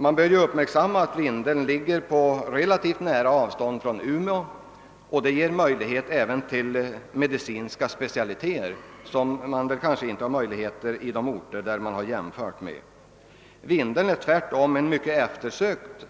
Man bör uppmärksamma att Vindeln ligger på relativt litet avstånd från Umeå och det ger tillgång även till medicinska specialiteter, som inte finns i de orter med vilka man gör jämförelser. Vindeln är en mycket eftersökt